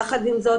יחד עם זאת,